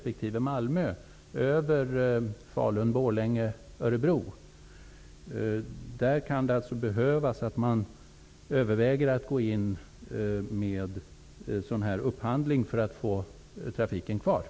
På dessa sträckor kan det alltså bli aktuellt att överväga en sådan här upphandling för att få behålla trafiken.